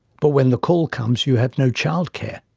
but when the call comes, you have no child care?